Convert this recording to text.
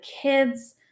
kids